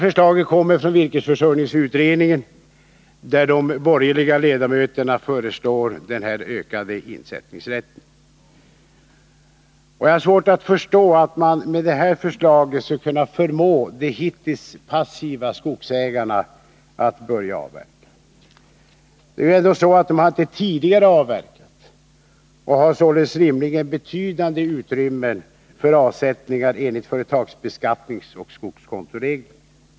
Förslaget kommer från virkesförsörjningsutredningen, där de borgerliga ledamöterna föreslår denna ökade insättningsrätt. Jag har svårt att förstå att man med det här förslaget skall kunna förmå de hittills passiva skogsägarna att börja avverka. De har ju inte tidigare avverkat och har således rimligen betydande utrymmen för avsättningar enligt företagsbeskattningsoch skogskontoreglerna.